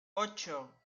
ocho